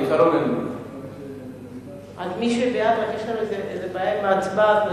יש לנו בעיה עם ההצבעות.